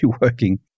working